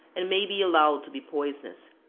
and may be allowed to be poisonous.